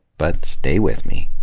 but stay with me.